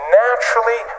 naturally